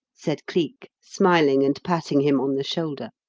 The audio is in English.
said cleek, smiling and patting him on the shoulder.